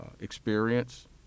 experience